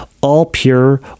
all-pure